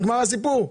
נגמר הסיפור.